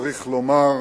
צריך לומר,